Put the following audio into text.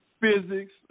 physics